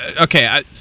okay